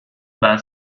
ben